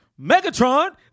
Megatron